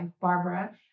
Barbara